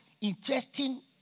interesting